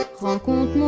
rencontre